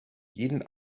jeden